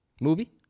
Movie